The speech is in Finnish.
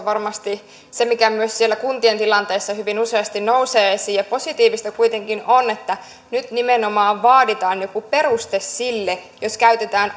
varmasti se mikä myös siellä kuntien tilanteessa hyvin useasti nousee esiin positiivista kuitenkin on että nyt nimenomaan vaaditaan joku peruste sille jos käytetään